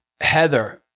Heather